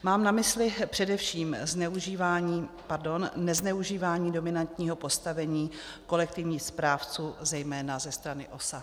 Mám na mysli především zneužívání pardon, nezneužívání dominantního postavení kolektivních správců zejména ze strany OSA.